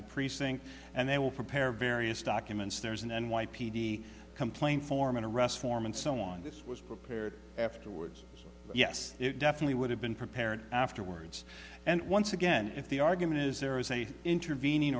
the precinct and they will prepare various documents there's an n y p d complaint form an arrest form and so on this was prepared afterwards yes it definitely would have been prepared afterwards and once again if the argument is there is a intervening